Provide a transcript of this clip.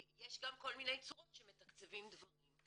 יש גם כל מיני צורות שמתקצבים דברים.